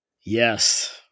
Yes